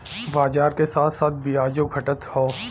बाजार के साथ साथ बियाजो घटत हौ